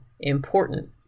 important